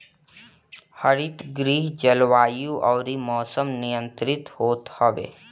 हरितगृह जलवायु अउरी मौसम नियंत्रित होत हवे